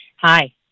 Hi